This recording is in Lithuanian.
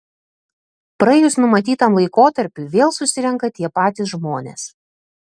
praėjus numatytam laikotarpiui vėl susirenka tie patys žmonės